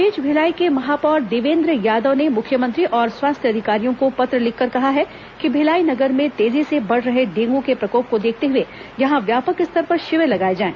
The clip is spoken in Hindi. इस बीच भिलाई के महापौर देवेन्द्र यादव ने मुख्यमंत्री और स्वास्थ्य अधिकारियों को पत्र लिखकर कहा है कि भिलाई नगर में तेजी से बढ़ रहे डेंगू के प्रकोप को देखते हुए यहां व्यापक स्तर पर शिविर लगाए जाएं